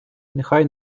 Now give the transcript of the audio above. нехай